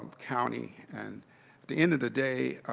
county and at the end of the day,